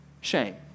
shame